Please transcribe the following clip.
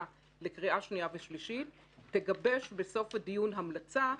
לקריאה שנייה ושלישית ותגבש בסוף הדיון המלצה.